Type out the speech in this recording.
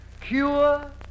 cure